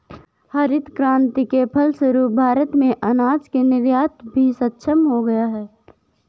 हरित क्रांति के फलस्वरूप भारत अनाज के निर्यात में भी सक्षम हो गया